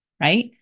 Right